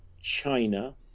China